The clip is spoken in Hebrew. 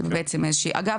אגב,